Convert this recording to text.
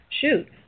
Shoot